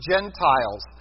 Gentiles